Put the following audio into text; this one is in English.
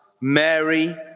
Mary